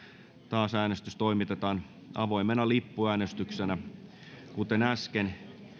taas äänestys toimitetaan avoimena lippuäänestyksenä kuten äsken